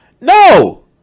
No